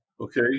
okay